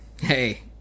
hey